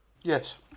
Yes